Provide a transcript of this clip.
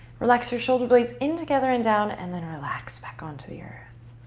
relax your shoulder blades in together and down and then relax back onto the earth.